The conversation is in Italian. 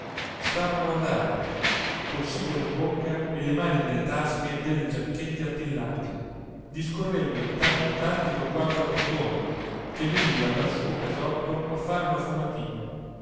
stavano a guardare col sigaro in bocca e le mani nelle tasche delle giacchette attillate discorrendo di tanto in tanto col guardaportone che veniva dal suo casotto a fare una